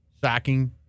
sacking